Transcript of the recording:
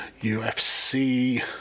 UFC